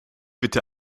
bitte